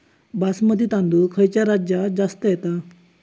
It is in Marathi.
बासमती तांदूळ खयच्या राज्यात जास्त येता?